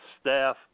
Staff